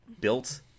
built